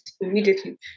immediately